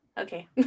Okay